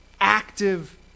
Active